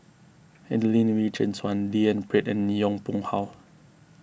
Adelene Wee Chin Suan D N Pritt and Yong Pung How